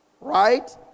Right